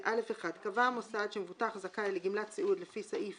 "(א1)קבע המוסד שמבוטח זכאי לגמלת סיעוד לפי סעיף